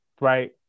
right